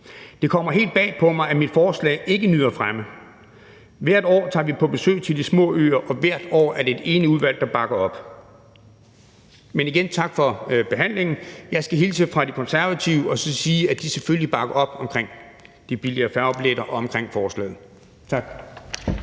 Det kommer helt bag på mig, at mit forslag ikke nyder fremme. Hvert år tager vi på besøg til de små øer, og hvert år er det et enigt udvalg, der bakker op. Igen vil jeg sige tak for behandlingen. Jeg skal hilse fra De Konservative og sige, at de selvfølgelig bakker op om de billigere færgebilletter og om forslaget. Tak.